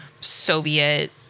Soviet